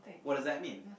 what does that mean